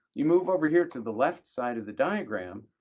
you move over here to the left side of the diagram.